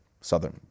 Southern